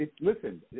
listen